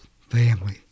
family